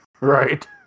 right